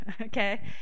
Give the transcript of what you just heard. okay